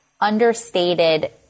understated